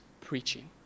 preaching